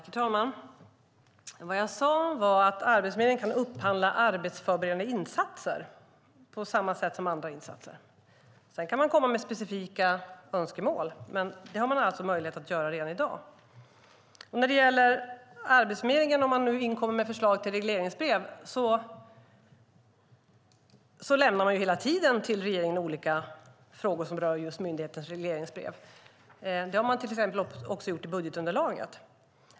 Herr talman! Vad jag sade var att Arbetsförmedlingen kan upphandla arbetsförberedande insatser på samma sätt som andra insatser. Sedan kan man komma med specifika önskemål. Det har man alltså möjlighet att göra redan i dag. När det gäller att Arbetsförmedlingen inkommer med förslag till förändring i regleringsbrev kan jag säga att det hela tiden lämnas olika frågor till regeringen som rör myndighetens regleringsbrev. Det har man också gjort i budgetunderlaget.